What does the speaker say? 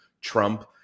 Trump